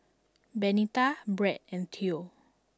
Benita Bret and Theo